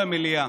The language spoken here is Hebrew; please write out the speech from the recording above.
למליאה.